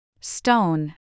Stone